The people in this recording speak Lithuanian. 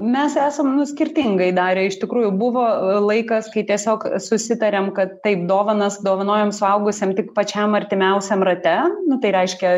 mes esam nu skirtingai darę iš tikrųjų buvo laikas kai tiesiog susitarėm kad tai dovanas dovanojam suaugusiem tik pačiam artimiausiam rate nu tai reiškia